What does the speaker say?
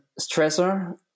stressor